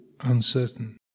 uncertain